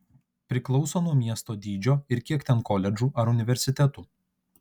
priklauso nuo miesto dydžio ir kiek ten koledžų ar universitetų